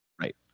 Right